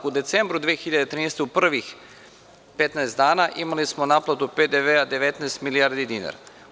U decembru 2013. godine, u prvih 15 dana, imali smo naplatu PDV-a 19 milijardi dinara.